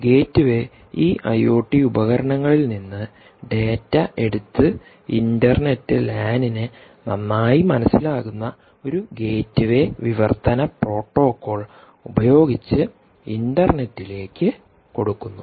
gateway ഈ IoT ഉപകരണങ്ങളിൽ നിന്ന് ഡാറ്റ എടുത്ത് ഇന്റർനെറ്റ് ലാനിന് നന്നായി മനസിലാകുന്ന ഒരു ഗേറ്റ്വേ വിവർത്തന പ്രോട്ടോക്കോൾഉപയോഗിച്ച് ഇൻറർനെറ്റിലേക്ക് കൊടുക്കുന്നു